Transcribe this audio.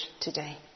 today